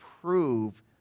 prove